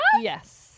yes